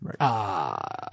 right